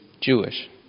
Jewish